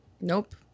Nope